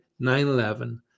9-11